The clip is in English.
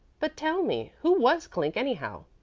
but, tell me, who was clink, anyhow?